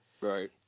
Right